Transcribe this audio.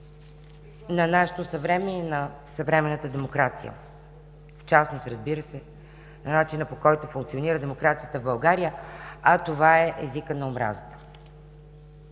на нашето съвремие и на съвременната демокрация. В частност, разбира се, на начина, по който функционира демокрацията в България. А това е езикът на омразата.